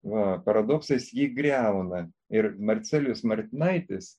va paradoksais jį griauna ir marcelijus martinaitis